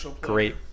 great